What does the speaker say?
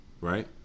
right